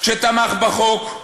כשתמך בחוק,